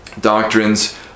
doctrines